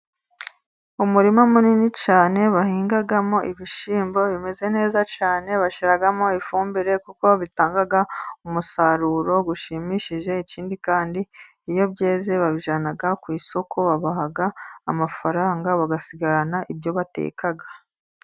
Umurima munini cyane bahingamo ibishyimbo bimeze neza cyane, bashyiramo ifumbire kuko bitanga umusaruro ushimishije, ikindi kandi iyo byeze babijyana ku isoko babaha amafaranga bagasigarana ibyo bateka.